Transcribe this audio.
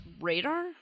radar